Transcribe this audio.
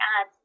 add